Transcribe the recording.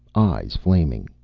eyes flaming,